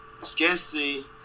scarcely